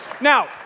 Now